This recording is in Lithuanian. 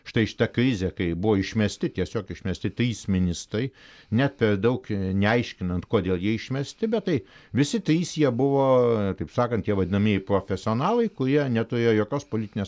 štai šita krizė kai buvo išmesti tiesiog išmesti trys ministrai net per daug neaiškinant kodėl jie išmesti bet tai visi trys jie buvo taip sakant tie vadinamieji profesionalai kurie neturėjo jokios politinės